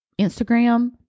Instagram